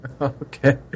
Okay